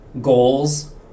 goals